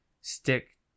stick